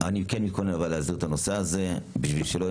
אני כן יכול להסדיר את הנושא הזה כדי שלא יהיה